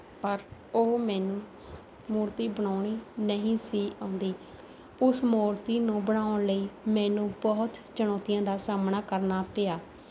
ਪਰ ਉਹ ਮੈਨੂੰ ਮੂਰਤੀ ਬਣਾਉਣੀ ਨਹੀਂ ਸੀ ਆਉਂਦੀ ਉਸ ਮੂਰਤੀ ਨੂੰ ਬਣਾਉਣ ਲਈ ਮੈਨੂੰ ਬਹੁਤ ਚੁਣੌਤੀਆਂ ਦਾ ਸਾਹਮਣਾ ਕਰਨਾ ਪਿਆ